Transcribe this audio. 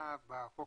בחוק